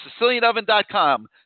SicilianOven.com